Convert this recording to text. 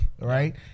right